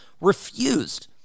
refused